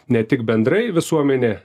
ne tik bendrai visuomenė